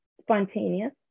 spontaneous